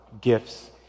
gifts